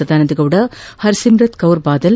Sadananda Gowda Har Simrat Kaur Badal